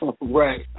Right